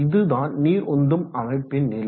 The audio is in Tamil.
இதுதான் நீர் உந்தும் அமைப்பின் நிலை